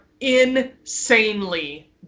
insanely